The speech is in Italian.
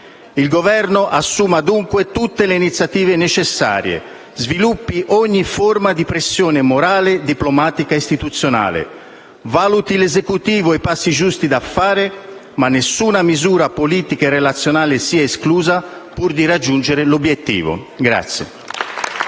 Il Governo assuma, dunque, tutte le iniziative necessarie, sviluppi ogni forma di pressione morale, diplomatica ed istituzionale. Valuti l'Esecutivo i passi giusti da fare, ma nessuna misura politica e relazionale sia esclusa pur di raggiungere l'obiettivo.